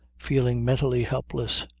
feeling mentally helpless.